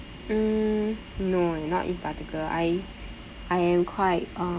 mm no eh not in particular I I am quite